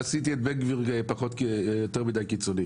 עשיתי את בן גביר יותר מידי קיצוני.